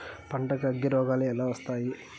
పంటకు అగ్గిరోగాలు ఎలా వస్తాయి?